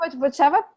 whichever